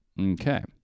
Okay